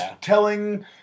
telling